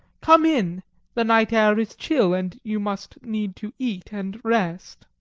come in the night air is chill, and you must need to eat and rest.